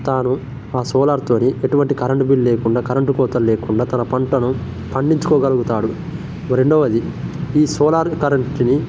తాను సోలార్తోని ఎటువంటి కరంట్ బిల్ లేకుండా కరంటు కోతలు లేకుండా తన పంటను పండించుకోగలుగుతాడు రెండవది ఈ సోలార్ కరంటుని